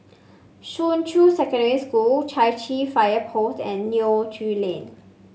Shuqun Secondary School Chai Chee Fire Post and Neo Tiew Lane